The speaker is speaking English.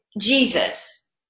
Jesus